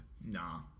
Nah